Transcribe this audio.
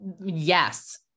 Yes